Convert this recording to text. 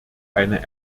eine